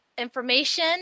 information